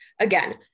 Again